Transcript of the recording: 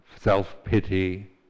self-pity